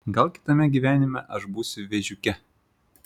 gal kitame gyvenime aš būsiu vėžiuke